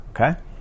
okay